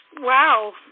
wow